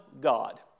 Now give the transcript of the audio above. god